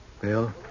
Bill